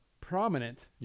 prominent